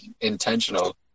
Intentional